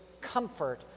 comfort